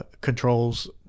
controls